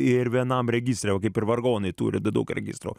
ir vienam registre kaip ir vargonai turi daug registro